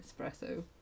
espresso